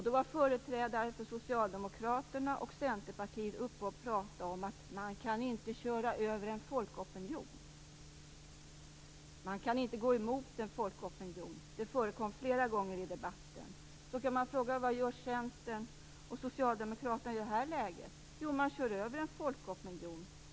Då var företrädare för Socialdemokraterna och Centerpartiet uppe och talade om att man inte kan köra över en folkopinion. Man kan inte gå emot en folkopinion - det förekom flera gånger i debatten. Då kan man fråga sig: Vad gör Centern och Socialdemokraterna i det här läget? Jo, man kör över en folkopinion.